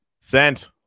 Sent